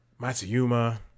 Matsuyama